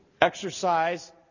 exercise